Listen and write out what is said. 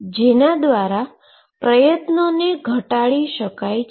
જેના દ્વારા પ્રયત્નોને ઘટાડી શકાય છે